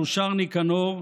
שהוא שער ניקנור,